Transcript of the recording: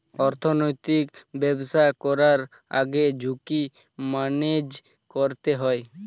অর্থনৈতিক ব্যবসা করার আগে ঝুঁকি ম্যানেজ করতে হয়